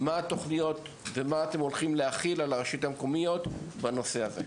מה התוכניות ומה אתם הולכים להחיל על הרשויות המקומיות בנושא הזה.